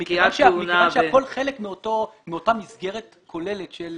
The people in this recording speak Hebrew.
מכיוון שהכול חלק מאותה מסגרת כוללת של